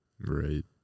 Right